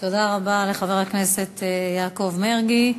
תודה רבה לחבר הכנסת יעקב מרגי.